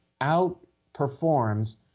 outperforms